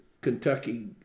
Kentucky